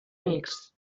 amics